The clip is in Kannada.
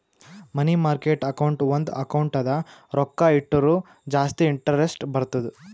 ಮನಿ ಮಾರ್ಕೆಟ್ ಅಕೌಂಟ್ ಒಂದ್ ಅಕೌಂಟ್ ಅದ ರೊಕ್ಕಾ ಇಟ್ಟುರ ಜಾಸ್ತಿ ಇಂಟರೆಸ್ಟ್ ಬರ್ತುದ್